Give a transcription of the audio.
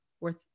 Worth